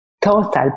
total